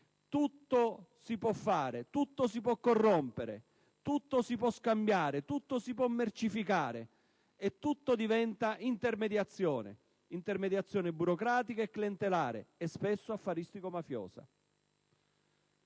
Tutto si può fare, tutto si può corrompere, tutto si può scambiare, tutto si può mercificare e tutto diventa intermediazione burocratica e clientelare e spesso affaristico-mafiosa.